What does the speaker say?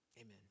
amen